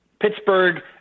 Pittsburgh